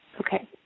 Okay